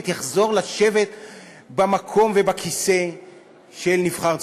יחזור לשבת במקום ובכיסא של נבחר ציבור.